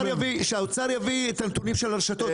שהאוצר יביא את הנתונים של הרשתות,